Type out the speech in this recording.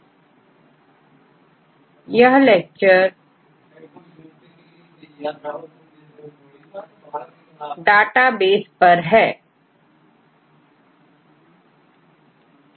deoxyribose 2' site पर और उसके बाद बेस